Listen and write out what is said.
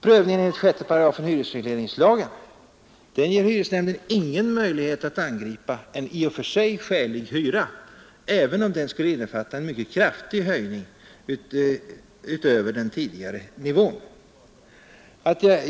Prövningen enligt 6 8 hyresregleringslagen ger inte hyresnämnden någon möjlighet att angripa en i och för sig skälig hyra, även om den skulle innefatta en mycket kraftig höjning över den tidigare nivån.